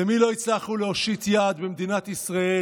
למי לא הצלחנו להושיט יד במדינת ישראל